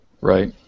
Right